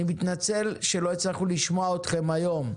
אני מתנצל שלא הצלחנו לשמוע אתכם היום.